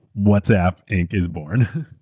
whatsapp inc. is born.